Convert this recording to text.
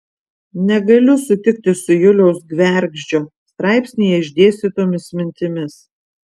negaliu sutikti su juliaus gvergždžio straipsnyje išdėstytomis mintimis